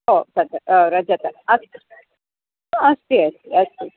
ओ तद् रजतम् अस्ति अस्ति अस्ति अस्तु